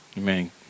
Amen